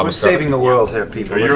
um saving the world, here, people.